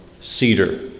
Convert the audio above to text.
cedar